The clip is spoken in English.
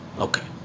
Okay